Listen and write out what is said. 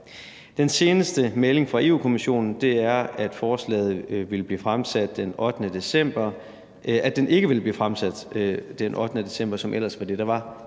Den seneste melding fra Europa-Kommissionen er, at forslaget ikke vil blive fremsat den 8. december, som ellers var det, der var